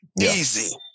Easy